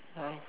um